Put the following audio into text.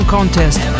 Contest